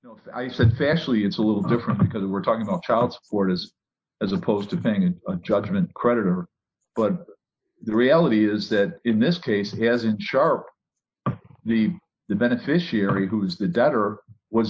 iraq i said factually it's a little different because we're talking about child support is as opposed to being in a judgment creditor but the reality is that in this case he has in sharp the the beneficiary who's the debtor was